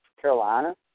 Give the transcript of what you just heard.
Carolina